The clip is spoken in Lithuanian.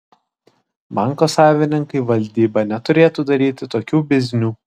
banko savininkai valdyba neturėtų daryti tokių biznių